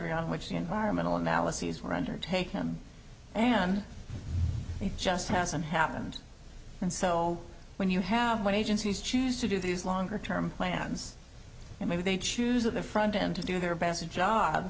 on which the environmental analyses were undertaken and it just hasn't happened and so when you have when agencies choose to do these longer term plans and maybe they choose at the front end to do their best job